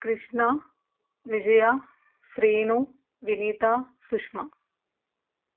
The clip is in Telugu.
కృష్ణ విజయ శ్రీను వినీత సుష్మ